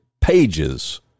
pages